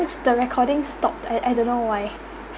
the recording stopped I I don't know why